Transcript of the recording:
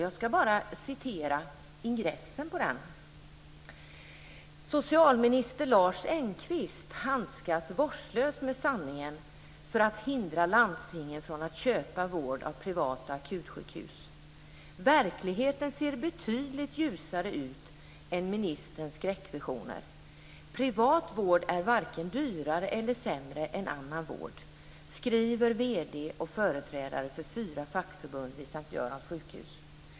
Jag ska citera ur ingressen: "Socialminister Lars Engqvist handskas vårdslöst med sanningen för att hindra landstingen från att köpa vård av privata akutsjukhus. Verkligheten ser betydligt ljusare ut än ministerns skräckvisioner. Privat vård är varken dyrare eller sämre än annan vård." Detta skriver vd:n och företrädare för fyra fackförbund vid S:t Görans sjukhus.